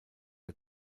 der